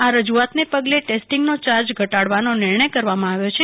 આ રજૂઆતના પગલે ટેસ્ટીંગનો ચાર્જ ઘટાડવાનો નિર્ણય કરવામાં આવ્યો છે